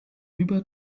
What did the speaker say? über